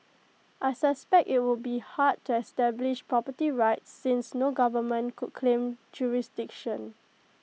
I suspect IT would be hard to establish property rights since no government could claim jurisdiction